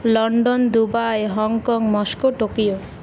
London Dubai Hong Kong Moscow Tokyo